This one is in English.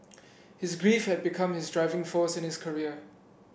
his grief had become his driving force in his career